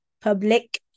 public